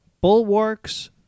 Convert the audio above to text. bulwarks